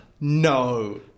No